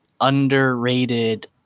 underrated